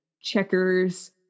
checkers